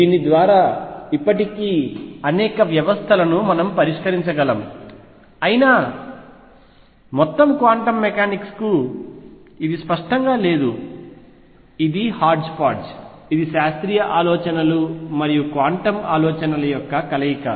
దీని ద్వారా ఇప్పటికీ అనేక వ్యవస్థలను పరిష్కరించగలం అయినా మొత్తం క్వాంటం మెకానిక్స్ కు ఇది స్పష్టంగా లేదు ఇది హాడ్జ్ పాడ్జ్ ఇది శాస్త్రీయ ఆలోచనలు మరియు క్వాంటం ఆలోచనల కలయిక